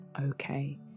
okay